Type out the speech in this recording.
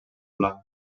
blanc